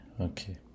okay